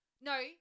No